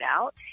out